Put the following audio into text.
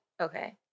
Okay